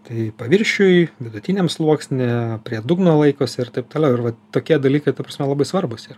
tai paviršiuj vidutiniam sluoksny prie dugno laikosi ir taip toliau ir vat tokie dalykai ta prasme labai svarbūs yra